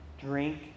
drink